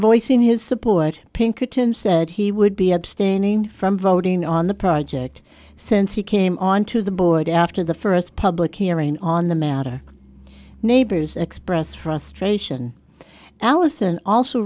voicing his support pinkerton said he would be abstaining from voting on the project since he came onto the board after the first public hearing on the matter neighbors expressed frustration allison also